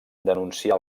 denuncià